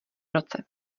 roce